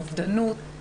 אובדנות,